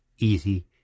easy